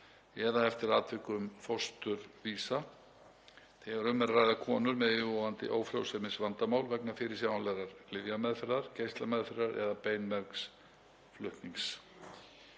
eða eftir atvikum fósturvísa, þegar um er að ræða konur með yfirvofandi ófrjósemisvandamál vegna fyrirsjáanlegrar lyfjameðferðar, geislameðferðar eða beinmergsflutnings;